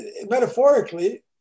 metaphorically